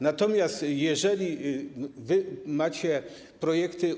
Natomiast jeżeli wy macie projekty.